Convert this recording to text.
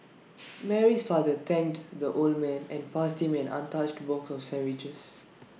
Mary's father thanked the old man and passed him an untouched box of sandwiches